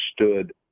understood